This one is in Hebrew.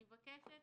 אני מבקשת